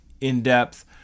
in-depth